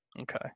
Okay